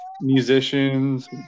musicians